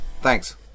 Thanks